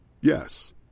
Yes